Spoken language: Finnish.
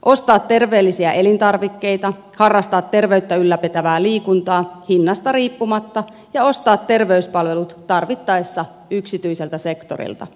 ostaa terveellisiä elintarvikkeita harrastaa terveyttä ylläpitävää liikuntaa hinnasta riippumatta ja ostaa terveyspalvelut tarvittaessa yksityiseltä sektorilta